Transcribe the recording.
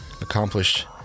accomplished